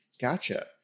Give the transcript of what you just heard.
Gotcha